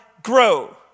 grow